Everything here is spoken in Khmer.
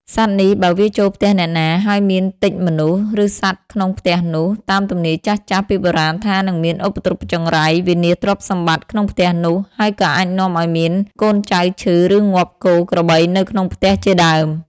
សត្វនេះ បើវាចូលផ្ទះអ្នកណា ហើយមានទិចមនុស្ស ឬសត្វក្នុងផ្ទះនោះ តាមទំនាយចាស់ៗពីបុរាណថា នឹងមានឧបទ្រព្យចង្រៃ វិនាសទ្រព្យសម្បត្តិក្នុងផ្ទះនោះ ហើយក៏អាចនាំឲ្យមានកូនចៅឈឺ ឬងាប់គោ ក្របីនៅក្នុងផ្ទះជាដើម។